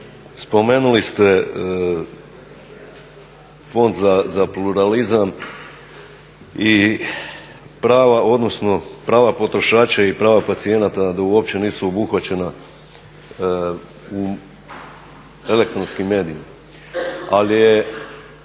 spomenuli ste Fond za pluralizam i prava potrošača i prava pacijenata da uopće nisu obuhvaćena u elektronskim medijima.